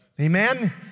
Amen